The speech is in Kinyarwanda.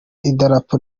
idarapo